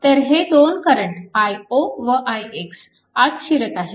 तर हे दोन करंट i0 व ix आत शिरत आहेत